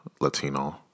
Latino